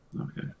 Okay